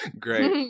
Great